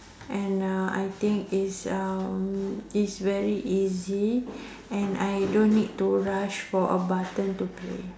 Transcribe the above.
and uh I think is uh is very easy and I don't need to rush for a button to play